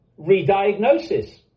Rediagnosis